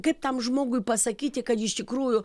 kaip tam žmogui pasakyti kad iš tikrųjų